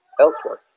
elsewhere